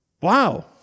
wow